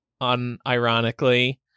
unironically